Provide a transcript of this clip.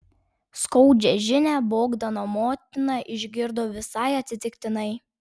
skaudžią žinią bogdano motina išgirdo visai atsitiktinai